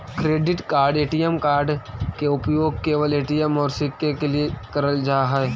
Credit card ATM card के उपयोग केवल ए.टी.एम और किसके के लिए करल जा है?